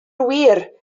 wir